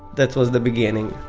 that was the beginning